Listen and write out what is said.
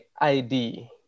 ID